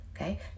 okay